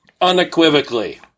Unequivocally